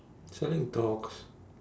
selling dogs